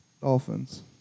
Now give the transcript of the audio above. Dolphins